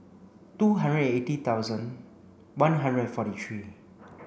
two hundred and eighty thousand one hundred and forty three